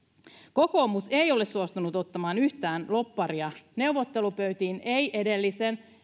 kokoomus ei ole suostunut ottamaan yhtään lobbaria neuvottelupöytiin edellisten